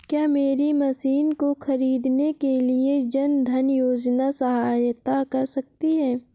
क्या मेरी मशीन को ख़रीदने के लिए जन धन योजना सहायता कर सकती है?